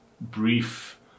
brief